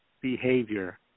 behavior